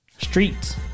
Streets